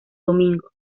domingo